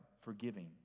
forgiving